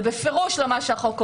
זה בפירוש לא מה שהחוק אומר.